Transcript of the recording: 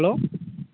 hello